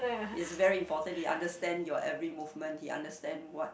is very important he understand your every movement he understand what